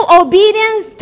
obedience